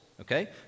okay